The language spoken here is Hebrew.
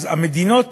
אז המדינות